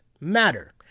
matter